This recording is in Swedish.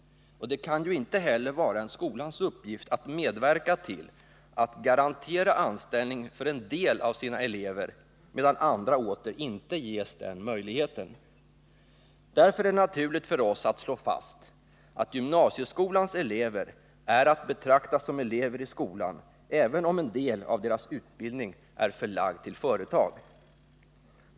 Det kan ju heller inte vara skolans uppgift att medverka till att garantera anställning för en del av sina elever, medan andra åter inte ges den möjligheten. Därför är det naturligt för oss att slå fast att gymnasieskolans elever är att betrakta som elever i skolan, även om en del av deras utbildning är förlagd till ett företag.